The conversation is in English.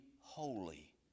holy